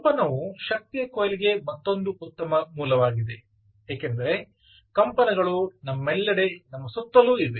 ಕಂಪನವು ಶಕ್ತಿಯ ಕೊಯ್ಲಿಗೆ ಮತ್ತೊಂದು ಉತ್ತಮ ಮೂಲವಾಗಿದೆ ಏಕೆಂದರೆ ಕಂಪನಗಳು ನಮ್ಮೆಲ್ಲೆಡೆ ನಮ್ಮ ಸುತ್ತಲೂ ಇವೆ